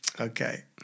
Okay